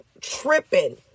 tripping